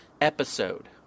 episode